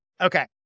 Okay